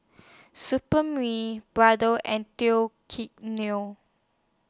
Supreme Brother and Teo Kae Neo